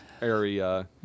area